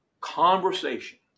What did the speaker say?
conversation